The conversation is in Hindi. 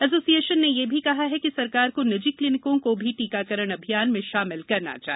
एसोसिएशन ने यह भी कहा है कि सरकार को निजी क्लिनिकों को भी टीकाकरण अभियान में शामिल करना चाहिए